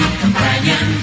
companion